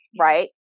right